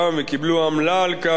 וקיבלו עמלה על כך,